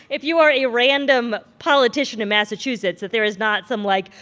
if you are a random politician in massachusetts, that there is not some, like,